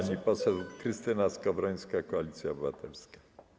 Pani poseł Krystyna Skowrońska, Koalicja Obywatelska.